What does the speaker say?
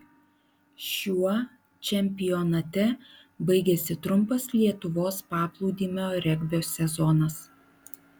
šiuo čempionate baigėsi trumpas lietuvos paplūdimio regbio sezonas